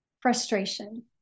Frustration